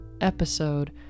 episode